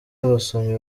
abasomyi